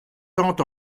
tant